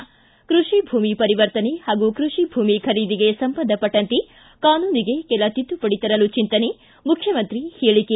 ಕ್ಕೆ ಕೃಷಿ ಭೂಮಿ ಪರಿವರ್ತನೆ ಹಾಗೂ ಕೃಷಿ ಭೂಮಿ ಖರೀದಿಗೆ ಸಂಬಂಧಪಟ್ಟಂತೆ ಕಾನೂನಿಗೆ ಕೆಲ ತಿದ್ದುಪಡಿ ತರಲು ಚಿಂತನೆ ಮುಖ್ಯಮಂತ್ರಿ ಹೇಳಿಕೆ